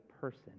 person